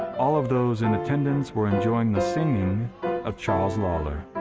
all of those in attendance were enjoying the singing of charles lawlor.